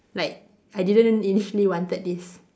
like I didn't initially wanted this